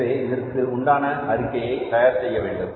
எனவே இதற்கு உண்டான அறிக்கையை தயார் செய்ய வேண்டும்